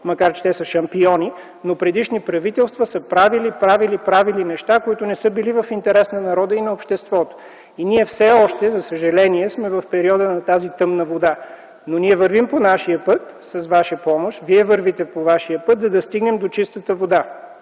макар че те са шампиони, но предишни правителства са правили, правили, правили неща, които не са били в интерес на народа и на обществото. Ние все още, за съжаление, сме в периода на тази тъмна вода, но ние вървим по нашия път с ваша помощ, Вие вървите по вашия път, за да стигнем до чистата вода.